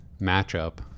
matchup